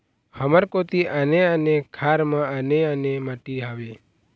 हमर कोती आने आने खार म आने आने माटी हावे?